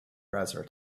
browser